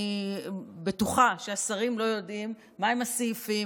אני בטוחה שהשרים לא יודעים מהם הסעיפים,